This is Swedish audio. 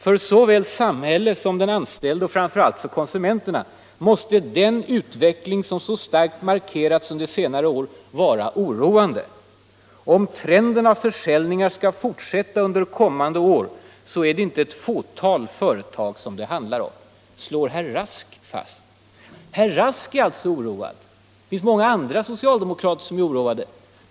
För såväl samhället som den anställde och framför allt för konsumenterna måste den utveckling som så starkt markerats under senare år vara oroande. -- Om trenden av försäljningar skall fortsätta under kommande år är det inte ett fåtal företag det handlar om”, slår herr Rask fast. Herr Rask är alltså oroad. Det finns andra socialdemokrater som är oroade.